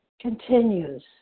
continues